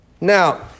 Now